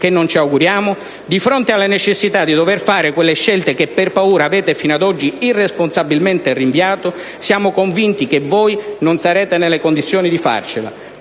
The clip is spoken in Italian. che non ci auguriamo, di fronte alla necessità di dover fare quelle scelte che, per paura, avete fino ad oggi irresponsabilmente rinviato, siamo convinti che voi non sarete nelle condizioni di farcela,